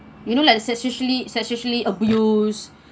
you know like it's actually it's actually abuse